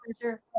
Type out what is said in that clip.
pleasure